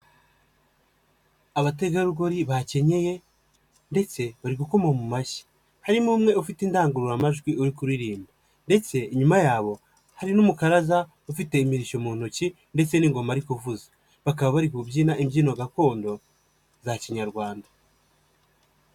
Abategarugori bakenyeye ndetse bari gukoma mu mashyi, harimo umwe ufite indangururamajwi uri kuririmba ndetse inyuma yabo hari n'umukaraza ufite imirishyo mu ntoki ndetse n'ingoma ariko kuvuza bakaba bari kubyina imbyino gakondo za kinyarwanda.